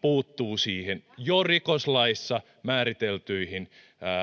puuttuu jo rikoslaissa määriteltyihin